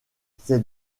c’est